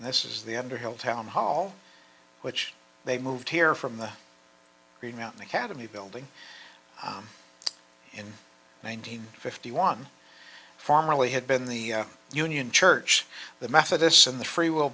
and this is the underhill town hall which they moved here from the green mountain academy building in one nine hundred fifty one formerly had been the union church the methodists and the free will